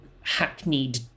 hackneyed